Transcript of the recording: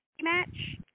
match